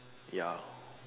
ya